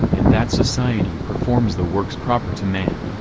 and that society performs the works proper to man.